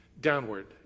downward